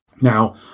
Now